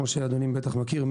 כמו שאדוני בטח מכיר,